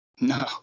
No